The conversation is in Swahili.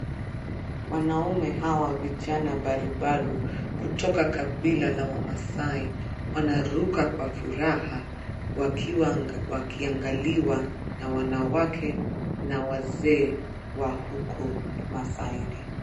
Wanaume hawa vijana barobaro kutoka kabila la wamaasi wanaruka kwa furaha wakiangaliwa na wanawake na wazee wa huko masaaini.